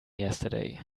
yesterday